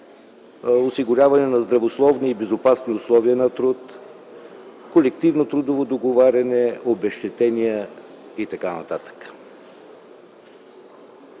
осигуряване на здравословни и безопасни условия на труд, колективно трудово договаряне, обезщетения и т.н.